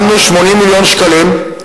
שמנו 80 מיליון שקלים.